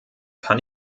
kann